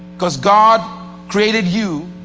cuz god created you